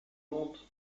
montres